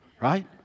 Right